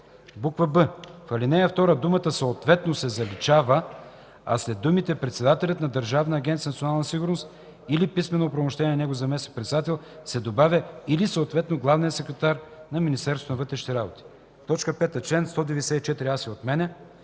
б) в ал. 2 думата „съответно” се заличава, а след думите „председателят на Държавна агенция „Национална сигурност” или писмено оправомощен от него заместник-председател” се добавя „или съответно главният секретар на Министерството на вътрешните работи.” 5. Член 194а се отменя.